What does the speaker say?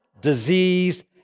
Disease